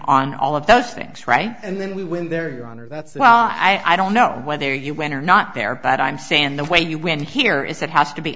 on all of those things right and then we win there your honor that's well i don't know whether you win or not there but i'm saying the way you win here is it has to be